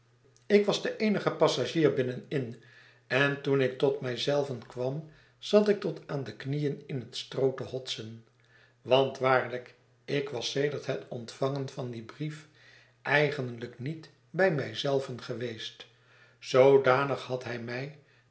ik was de eenige passagier binnenin en toen ik tot mij zeiven kwam zat ik tot aan de knieen in het stroo te hotsen want waarlijk ik was sedert het ontvangen van dien brief eigenlijk niet bij mij zeiven geweest zoodanig had hij mij